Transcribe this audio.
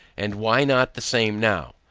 and why not the same now?